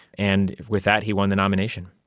and with that he won the nomination.